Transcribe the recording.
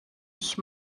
ich